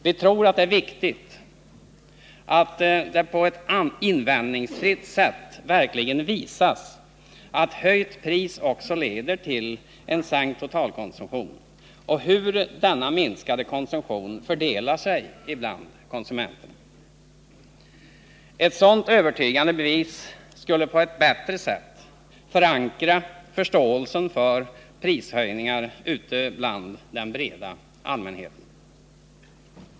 Vi tror att det är viktigt att det på ett invändningsfritt sätt verkligen visas att ett höjt pris också leder till en sänkt totalkonsumtion och hur denna minskade konsumtion fördelar sig bland konsumenterna. Ett sådant övertygande bevis skulle på ett bättre sätt förankra förståelsen för prishöjningar ute bland den breda allmänheten.